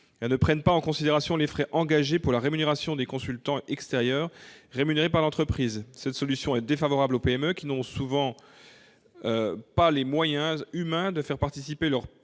ne prenne pas en considération les frais liés à la rémunération de consultants extérieurs engagés par l'entreprise. Cette solution est défavorable aux PME, qui n'ont souvent pas les moyens humains de faire participer leur